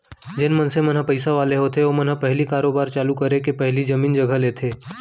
जेन मनसे मन ह पइसा वाले होथे ओमन ह पहिली कारोबार चालू करे के पहिली जमीन जघा लेथे